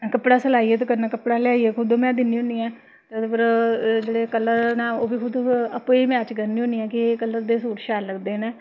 कपड़ा सलाइयै ते कन्नै कपड़ा लेआइयै खुद में दिन्नी होन्नी आं ते ओह्दे पर जेह्ड़े कलर न ओह् बी खुद आपें ई मैच करनी होन्नी ऐ कि एह् कलर दे सूट शैल लगदे न